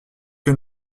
que